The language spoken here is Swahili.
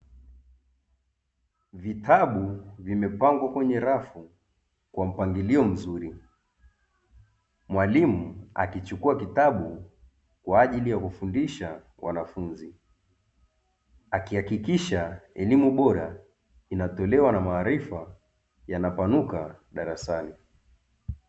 Vitabu vimepangwa kwenye rafu kwa mpangilio mzuri, mwalimu akichukua kitabu kwa ajili ya kufundisha wanafunzi akihakikisha elimu bora inatolewa na maarifa yanapanuka darasani.